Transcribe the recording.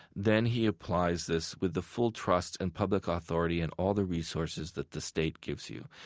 then he applies this with the full trust and public authority and all the resources that the state gives you.